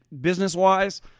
business-wise